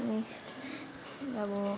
नि अब